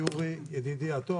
יורי ידידי הטוב.